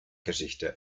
geschichte